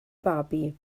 babi